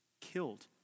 killed